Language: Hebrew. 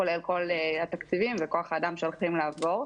כולל כל התקציבים וכוח האדם שהולכים לעבור.